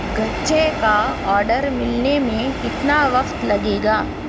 گچے کا آڈر ملنے میں کتنا وقت لگے گا